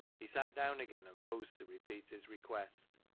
he sat down again and rose to repeat his request.